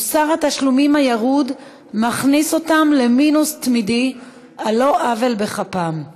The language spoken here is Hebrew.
מוסר התשלומים הירוד מכניס אותם למינוס תמידי על לא עוול בכפם.